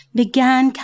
began